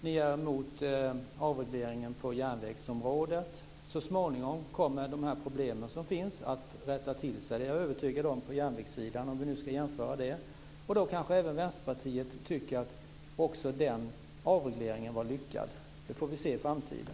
Ni är emot avregleringen på järnvägsområdet. Så småningom kommer de problem som finns att rätta till sig - det är jag övertygad om - på järnvägssidan, om vi nu ska jämföra. Då tycker kanske även Vänsterpartiet att också den avregleringen var lyckad. Det får vi se i framtiden.